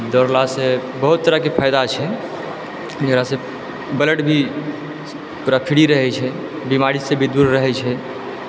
दौड़लासँ बहुत तरहके फायदा छै एकरासँ ब्लड भी फ्री रहै छै बीमारीसँ भी दूर रहै छै